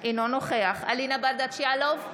אינו נוכח אלינה ברדץ' יאלוב,